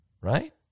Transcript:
right